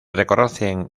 reconocen